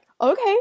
okay